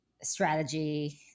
strategy